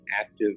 active